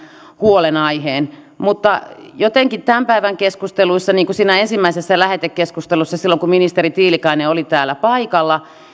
huolenaiheen mutta tämän päivän keskusteluissa niin kuin siinä ensimmäisessä lähetekeskustelussa silloin kun ministeri tiilikainen oli täällä paikalla